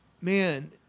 man